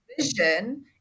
vision